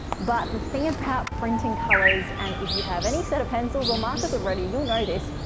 but the thing about printing colors and if you have any set of pencils or markers already, you'll know this,